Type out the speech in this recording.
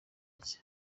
rye